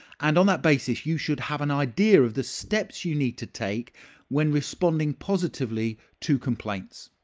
and on that basis, you should have an idea of the steps you need to take when responding positively to complaints.